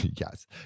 yes